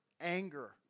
anger